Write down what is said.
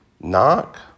Knock